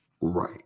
right